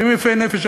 ואם יפי נפש,